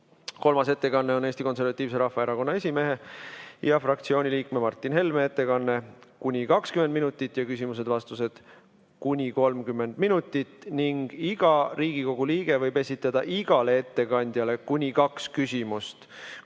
Kolmas on Eesti Konservatiivse Rahvaerakonna esimehe ja fraktsiooni liikme Martin Helme ettekanne, kuni 20 minutit, ja küsimused-vastused kuni 30 minutit. Iga Riigikogu liige võib esitada igale ettekandjale kuni kaks küsimust.